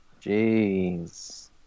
jeez